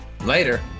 Later